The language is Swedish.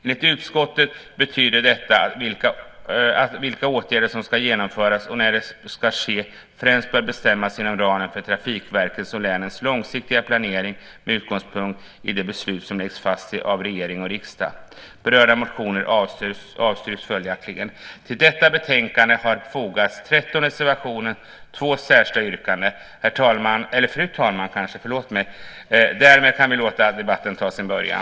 Enligt utskottet betyder detta att vilka åtgärder som ska genomföras och när det ska ske främst bör bestämmas inom ramen för trafikverkens och länens långsiktiga planering med utgångspunkt i de beslut som läggs fast av regering och riksdag. Berörda motioner avstyrks följaktligen. Till detta betänkande har fogats 13 reservationer och två särskilda yrkanden. Fru talman! Därmed kan vi låta debatten ta sin början.